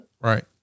Right